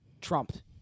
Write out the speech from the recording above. Trumped